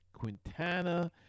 Quintana